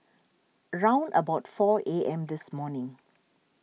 round about four A M this morning